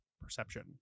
perception